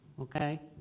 Okay